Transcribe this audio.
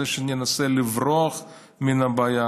בזה שננסה לברוח מן הבעיה,